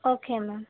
okay ma'am